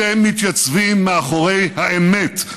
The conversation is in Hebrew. אתם מתייצבים מאחורי האמת.